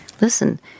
Listen